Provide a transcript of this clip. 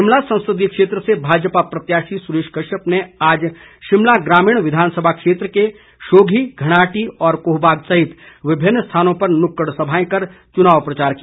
शिमला संसदीय क्षेत्र से भाजपा प्रत्याशी सुरेश कश्यप ने आज शिमला ग्रामीण विधानसभा क्षेत्र के शोघी घणाहट्टी और कोहबाग सहित विभिन्न स्थानों पर नुक्कड़ सभाएं कर चुनाव प्रचार किया